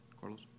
Carlos